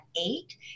eight